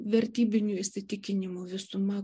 vertybinių įsitikinimų visuma